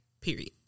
period